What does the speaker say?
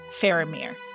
Faramir